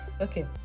okay